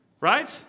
Right